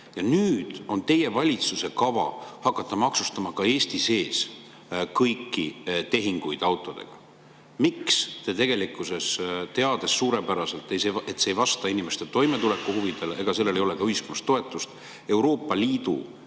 Nüüd on teie valitsusel kavas hakata maksustama Eesti sees kõiki tehinguid autodega. Miks te, teades tegelikkuses suurepäraselt, et see ei vasta inimeste toimetulekuhuvidele ja sellele ei ole ühiskonnas toetust, olete